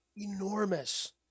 Enormous